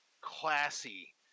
classy